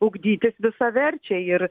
ugdytis visaverčiai ir